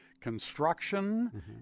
construction